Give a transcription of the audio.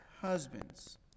husbands